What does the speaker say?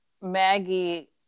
Maggie